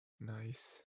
Nice